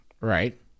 Right